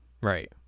Right